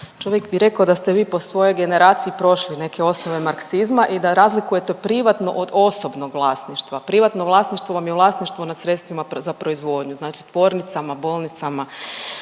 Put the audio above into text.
Čovjek bi rekao da ste vi po svojoj generaciji prošli neke osnove marksizma i da razlikujete privatno od osobnog vlasništva. Privatno vlasništvo vam je vlasništvo nad sredstvima za proizvodnju, znači tvornicama, bolnicama,